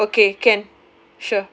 oh okay can